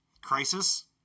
Crisis